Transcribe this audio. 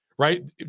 Right